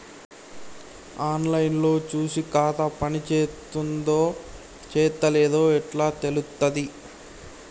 On line లో చూసి ఖాతా పనిచేత్తందో చేత్తలేదో ఎట్లా తెలుత్తది?